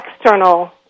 external